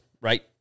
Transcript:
right